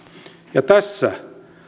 tässä